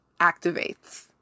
activates